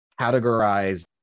categorize